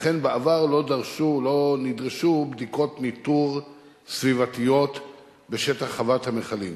לכן בעבר לא נדרשו בדיקות ניטור סביבתיות בשטח חוות המכלים.